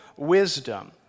Wisdom